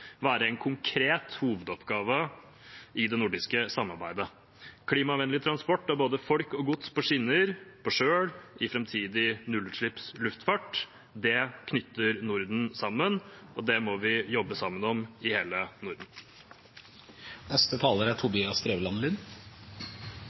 være en konkret hovedoppgave i det nordiske samarbeidet. Klimavennlig transport av både folk og gods på skinner, på kjøl i framtidig nullutslipps luftfart knytter Norden sammen, og det må vi jobbe sammen om i hele Norden.